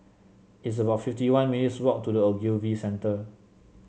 it's about fifty one minutes' walk to The Ogilvy Centre